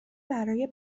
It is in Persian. برای